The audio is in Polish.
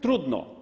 Trudno.